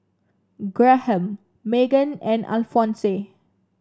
Graham Meggan and Alfonse